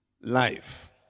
life